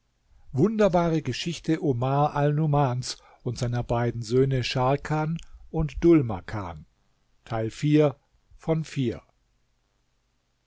wunderbare geschichte omar alnumans und seiner beiden söhne scharkan und